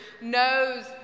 knows